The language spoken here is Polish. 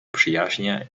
przyjaźnie